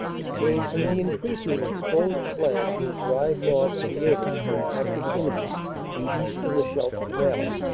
it came from the increas ing exposed flank his drive north created for an active enemy east of the scheidt canal.